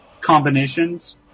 combinations